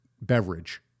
beverage